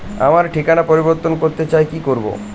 আমার ঠিকানা পরিবর্তন করতে চাই কী করব?